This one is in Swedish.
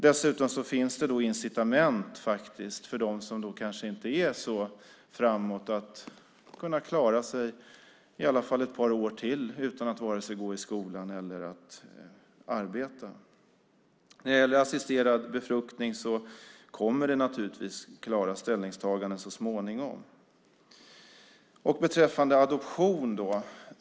Dessutom finns det då incitament för dem som kanske inte är så framåt att faktiskt klara sig i alla fall ett par år till utan att vare sig gå i skolan eller arbeta. När det gäller assisterad befruktning kommer det naturligtvis klara ställningstaganden så småningom. Sedan gällde det då adoption.